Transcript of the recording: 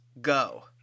go